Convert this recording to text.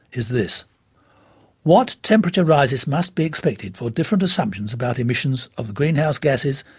is this what temperature rises must be expected for different assumptions about emissions of the greenhouse gases,